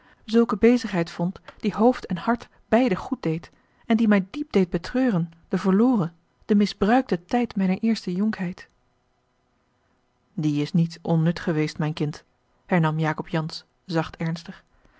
zulke bezigheid vond die hoofd en hart beide goed deed en die mij diep deed betreuren den verloren den misbruikten tijd mijner eerste jonkheid die is niet onnut geweest mijn kind hernam jacob jansz zacht